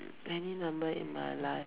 any number in my life